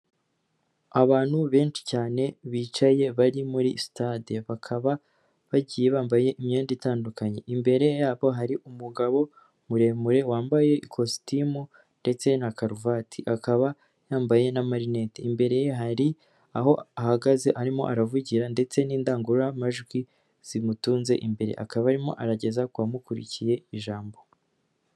Abantu benshi cyane bicaye bari muri stade bakaba bagiye bambaye imyenda itandukanye, imbere yabo hari umugabo muremure wambaye ikositimu ndetse na karuvati akaba yambaye n' amarinete. Imbere ye hari aho ahagaze arimo aravugira ndetse n'indangururamajwi ,zimutunze imbere akaba arimo arageza ku bamukurikiye ijambo.